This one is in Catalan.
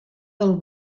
del